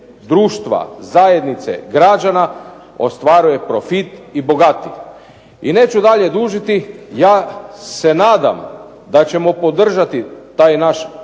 društva, zajednice, građana ostvaruje profit i bogati. I neću dalje dužiti, ja se nadam da ćemo podržati taj naš